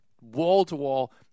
wall-to-wall